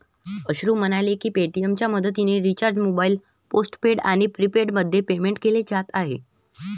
अश्रू म्हणाले की पेटीएमच्या मदतीने रिचार्ज मोबाईल पोस्टपेड आणि प्रीपेडमध्ये पेमेंट केले जात आहे